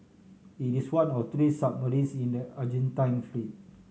it is one of three submarines in the Argentine fleet